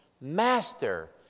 Master